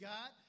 God